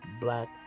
black